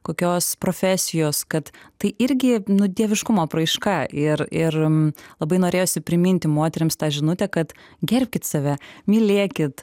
kokios profesijos kad tai irgi dieviškumo apraiška ir ir labai norėjosi priminti moterims tą žinutę kad gerbkit save mylėkit